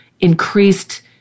increased